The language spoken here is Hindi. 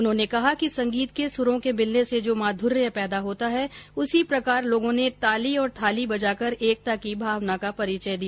उन्होंने कहा कि संगीत के सुरो के मिलने से जो माध्र्य पैदा होता है उसी प्रकार लोगों ने ताली और थाली बजाकर एकता की भावना का परिचय दिया